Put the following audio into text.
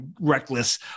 reckless